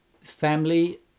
family